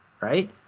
right